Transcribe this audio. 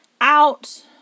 out